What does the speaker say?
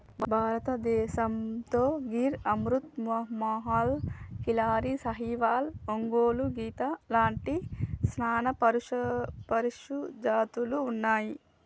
భారతదేసంతో గిర్ అమృత్ మహల్, కిల్లారి, సాహివాల్, ఒంగోలు గిత్త లాంటి సానా పశుజాతులు ఉన్నాయి